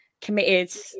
committed